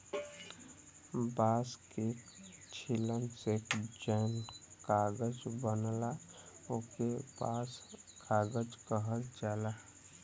बांस के छीलन से जौन कागज बनला ओके बांस कागज कहल जाला